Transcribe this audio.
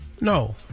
No